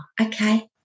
okay